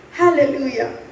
hallelujah